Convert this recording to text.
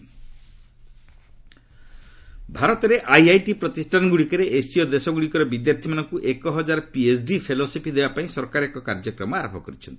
ଗଭ୍ ASEAN ଭାରତରେ IIT ପ୍ରତିଷ୍ଠାନଗୁଡ଼ିକରେ ଏସୀୟ ଦେଶଗୁଡ଼ିକର ବିଦ୍ୟାର୍ଥୀମାନଙ୍କୁ ଏକ ହଜାର ପିଏଚ୍ଡି ଫେଲୋସିପି ଦେବା ପାଇଁ ସରକାର ଏକ କାର୍ଯ୍ୟକ୍ରମ ଆରମ୍ଭ କରିଛନ୍ତି